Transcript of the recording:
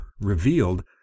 revealed